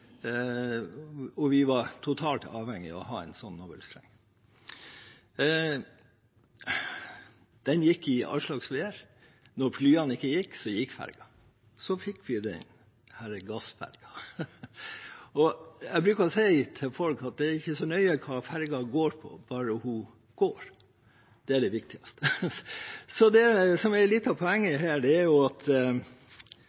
Vi var totalt avhengig av å ha en sånn navlestreng. Den gikk i all slags vær. Når flyene ikke gikk, så gikk ferjen. Så fikk vi denne gassferjen. Jeg pleier å si til folk at det ikke er så nøye hva ferjen går på, bare den går. Det er det viktigste. Det som er litt av poenget